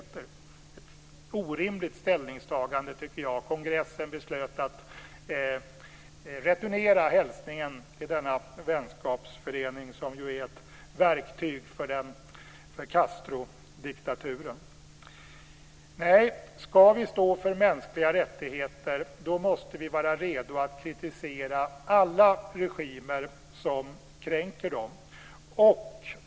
Det är ett orimligt ställningstagande, tycker jag. Kongressen beslöt att returnera hälsningen till denna vänskapsförening, som är ett verktyg för Castrodiktaturen. Nej, ska vi stå för mänskliga rättigheter måste vi vara redo att kritisera alla regimer som kränker dem.